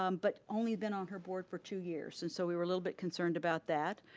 um but only been on her board for two years and so we were a little bit concerned about that.